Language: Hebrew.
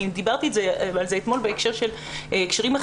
דיברתי על זה אתמול בהקשרים אחרים,